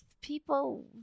People